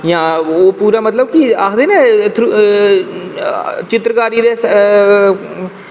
ते पूरा मतलब कि ओह् आकदे न कि चित्रकारी दे